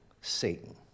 Satan